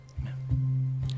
Amen